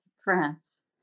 France